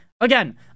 Again